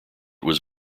was